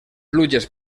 pluges